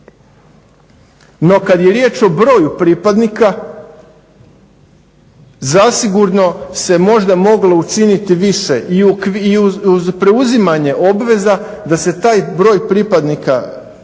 No kad je riječ o broju pripadnika zasigurno se možda moglo učiniti više i preuzimanje obveza da se taj broj pripadnika Oružanih